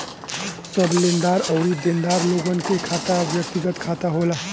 सब लेनदार अउरी देनदार लोगन के खाता व्यक्तिगत खाता होला